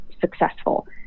successful